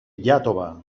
iàtova